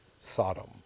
Sodom